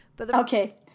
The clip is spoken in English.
Okay